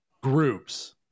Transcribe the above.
groups